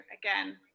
again